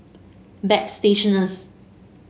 bagstationz